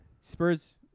Spurs